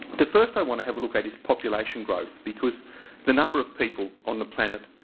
the first i want to have a look at is population growth because the number of people on the planet,